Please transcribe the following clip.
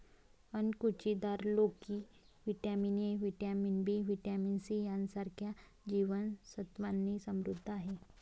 अणकुचीदार लोकी vitamin A, vitamin B, vitamin C यांसारख्या जीवन सत्त्वांनी समृद्ध आहे